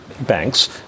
banks